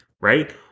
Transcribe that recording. right